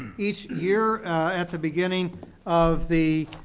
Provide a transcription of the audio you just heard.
each year at the beginning of the